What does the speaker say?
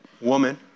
Woman